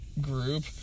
group